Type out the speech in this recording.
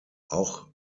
auch